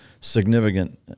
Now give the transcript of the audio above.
significant